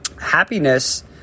Happiness